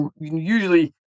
usually